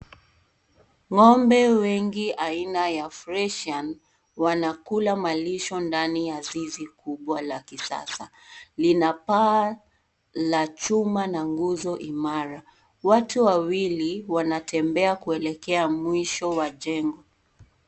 Ng'ombe wengi aina ya Friesian wanakula malisho ndani ya zizi kubwa la kisasa. Lina paa la chuma na nguzo imara. Watu wawili wanatembea kuelekea mwisho wa jengo.